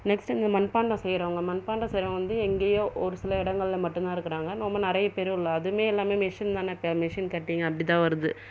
next இந்த மண்பாண்டம் செய்கிறவங்க மண்பாண்டம் செய்கிறவங்க வந்து எங்கேயோ ஒரு சில இடங்களில் மட்டுந்தான் இருக்கிறாங்க ரொம்ப நிறைய பேரும் இல்லை அதுவுமே எல்லாமே மிஷன் தான் இப்போ மிஷன் கட்டிங் அப்படி தான் வருது